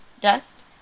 dust